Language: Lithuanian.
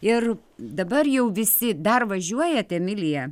ir dabar jau visi dar važiuojat emilija